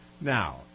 Now